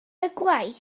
ysgrifennu